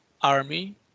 army